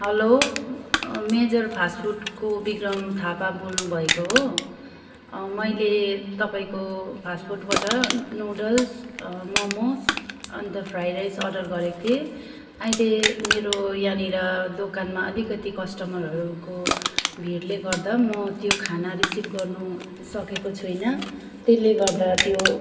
हलो major fast फुडको विक्रम थापा बोल्नुभएको हो मैले तपाईँको फास्ट फुडबाट नुडल्स मोमोस अन्त फ्राइ राइस अर्डर गरेको थिएँ अहिले मेरो यहाँनिर दोकानमा अलिकति कस्टमरहरूको भिडले गर्दा म त्यो खाना रिसिभ गर्नसकेको छैन त्यसले गर्दा त्यो